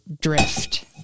Drift